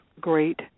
great